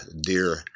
deer